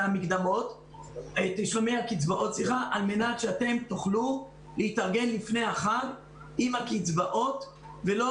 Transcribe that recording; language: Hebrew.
הקצבאות על-מנת שאתם תוכלו להתארגן לפני החג עם הקצבאות ולא